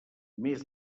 més